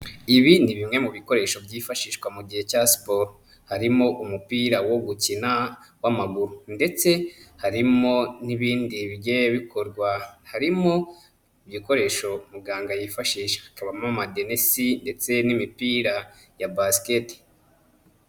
Ibi ni bimwe mu bikoresho byifashishwa mu gihe cya siporo. Harimo umupira wo gukina w'amaguru ndetse harimo n'ibindi bigiye bikorwa. Harimo ibikoresho muganga yifashisha. Hakabamo amadenesi ndetse n'imipira ya basiketi.